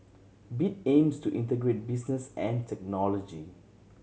bit aims to integrate business and technology